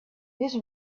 his